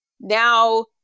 now